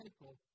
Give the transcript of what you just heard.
Michael